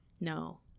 No